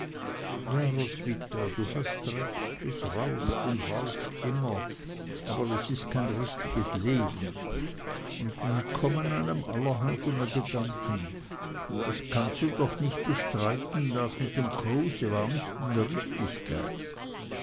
ja roswitha du hast recht es rauscht und rauscht immer aber es ist kein richtiges leben und dann kommen einem allerhand dumme gedanken das kannst du doch nicht bestreiten das mit dem kruse war nicht in der richtigkeit